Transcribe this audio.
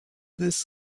this